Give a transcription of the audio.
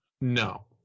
No